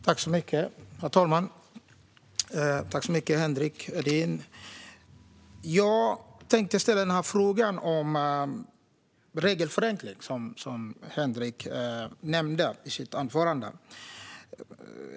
Herr talman! Tack, Henrik Edin! Jag tänkte ställa en fråga om den regelförenkling som Henrik nämnde i sitt anförande.